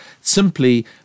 simply